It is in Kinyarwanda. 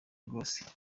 rwose